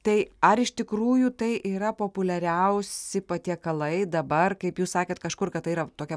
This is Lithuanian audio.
tai ar iš tikrųjų tai yra populiariausi patiekalai dabar kaip jūs sakėt kažkur kad tai yra tokia